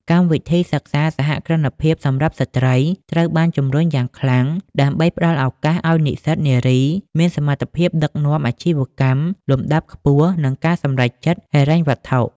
កម្មវិធីសិក្សា "សហគ្រិនភាពសម្រាប់ស្ត្រី" ត្រូវបានជម្រុញយ៉ាងខ្លាំងដើម្បីផ្ដល់ឱកាសឱ្យនិស្សិតនារីមានសមត្ថភាពដឹកនាំអាជីវកម្មលំដាប់ខ្ពស់ និងការសម្រេចចិត្តហិរញ្ញវត្ថុ។